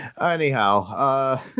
Anyhow